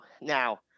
Now